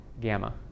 gamma